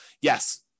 yes